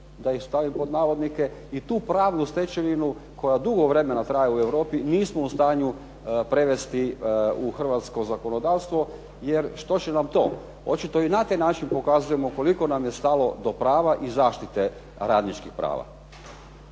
"radnički sudovi" i tu pravnu stečevinu koja dugo vremena traje u Europi nismo u stanju prevesti u hrvatsko zakonodavstvo jer što će nam to. Očito i na taj način pokazujemo koliko nam je stalo do prava i zaštite radničkih prava.